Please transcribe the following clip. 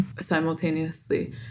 simultaneously